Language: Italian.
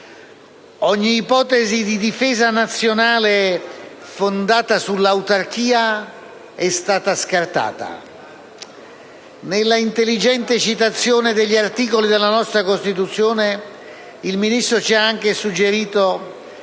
ogni ipotesi di difesa nazionale fondata sull'autarchia è stata scartata. Nell'intelligente citazione degli articoli della nostra Costituzione, il Ministro ci ha anche suggerito